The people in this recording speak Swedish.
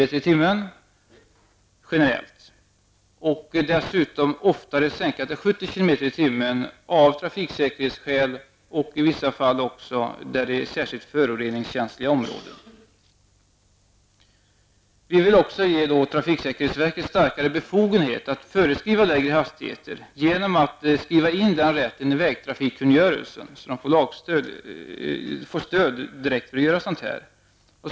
Dessutom vill vi att man oftare skall sänka gränsen till 70 km/tim av trafiksäkerhetsskäl och i vissa fall också där det finns särskilt föroreningskänsliga områden. Miljöpartiet vill också ge trafiksäkerhetsverket större befogenheter att föreskriva lägre hastigheter genom att skriva in den rätten i vägtrafikkungörelsen så att det finns ett direkt lagstöd för detta.